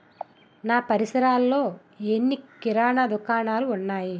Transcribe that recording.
నా పరిసరాల్లో ఎన్ని కిరాణా దుకాణాలు ఉన్నాయి